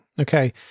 okay